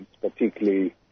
particularly